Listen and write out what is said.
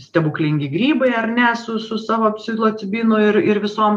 stebuklingi grybai ar ne su su savo psilocibinu ir ir visom